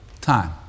time